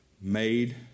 made